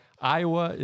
Iowa